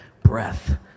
breath